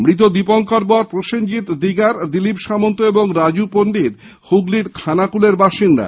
মৃত দীপঙ্কর বর প্রসেনজিত দিগার দিলীপ সামন্ত এবং রাজু পন্ডিত হুগলীর খানাকুলের বাসিন্দা